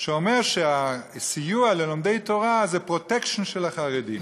שאומר שהסיוע ללומדי תורה זה "פרוטקשן" של החרדים.